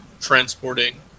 transporting